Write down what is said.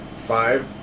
Five